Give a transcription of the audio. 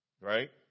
Right